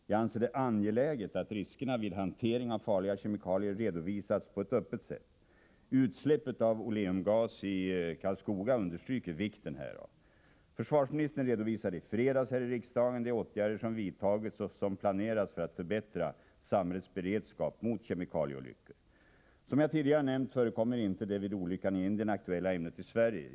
Jag anser det angeläget att riskerna vid hantering av farliga kemikalier redovisas på ett öppet sätt. Utsläppet av oleumgas i Karlskoga understryker vikten härav. Försvarsministern redovisade i fredags här i riksdagen de åtgärder som vidtagits och som planeras för att förbättra samhällets beredskap mot kemikalieolyckor. Som jag tidigare nämnt förekommer inte det vid olyckan i Indien aktuella ämnet i Sverige.